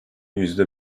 yüzde